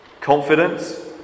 confidence